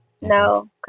no